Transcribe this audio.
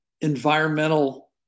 environmental